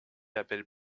appelle